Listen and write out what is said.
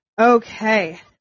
Okay